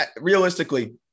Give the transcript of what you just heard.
realistically